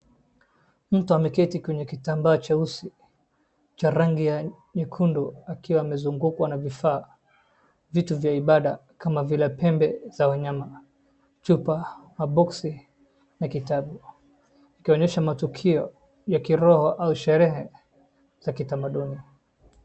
Mtu ameketi kwenye kitambaa cheusi cha rangi ya nyekundu akiwa amezungukwa na vifaa vitu vya ibada kama vile pembe za wanyama chupa, maboksi na kitabu akionyesha matukio ya kiroho au sherehe za kitamaduni.